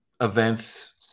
events